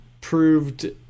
proved